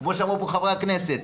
כמו שאמרו פה חברי הכנסת.